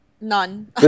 none